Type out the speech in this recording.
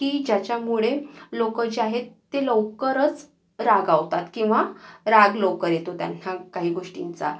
की ज्याच्यामुळे लोक जे आहेत ते लवकरच रागावतात किंवा राग लवकर येतो त्यांना काही गोष्टींचा